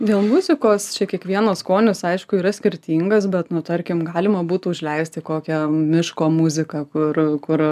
dėl muzikos čia kiekvieno skonis aišku yra skirtingas bet nu tarkim galima būtų užleisti kokią miško muziką kur kur